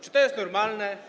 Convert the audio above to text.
Czy to jest normalne?